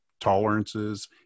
tolerances